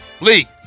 Lee